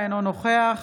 אינו נוכח